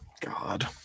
God